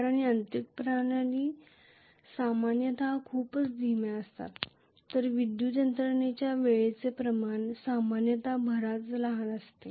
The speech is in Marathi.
कारण यांत्रिक प्रणाली सामान्यत खूपच धीम्या असतात तर विद्युत यंत्रणेच्या वेळेचे प्रमाण सामान्यत बरेच लहान असते